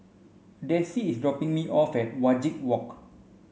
Dessie is dropping me off at Wajek Walk